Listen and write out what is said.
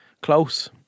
close